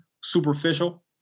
superficial